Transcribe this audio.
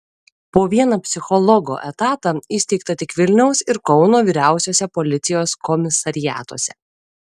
po vieną psichologo etatą įsteigta tik vilniaus ir kauno vyriausiuosiuose policijos komisariatuose